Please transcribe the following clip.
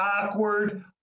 awkward